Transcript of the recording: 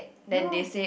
ya